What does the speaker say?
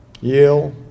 Yale